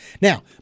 Now